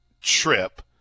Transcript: trip